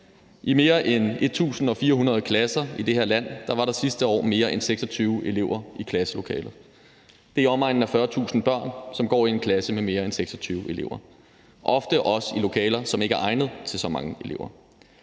I mere end 1.400 klasser i det her land var der sidste år mere end 26 elever i klasselokalet. Det er i omegnen af 40.000 børn, som går i en klasse med mere end 26 elever – ofte også i lokaler, som ikke er egnet til så mange elever.